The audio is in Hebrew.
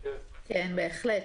כן, בהחלט.